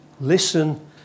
Listen